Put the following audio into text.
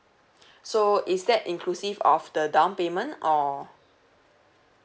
so is that inclusive of the down payment or